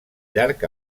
llarg